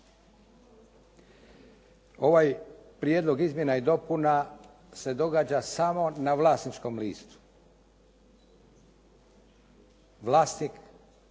Ovaj prijedlog izmjena i dopuna se događa samo na vlasničkom listu. Vlasnik